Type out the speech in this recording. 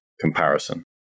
comparison